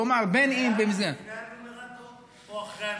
כלומר, בין אם, לפני הנומרטור או אחרי הנומרטור?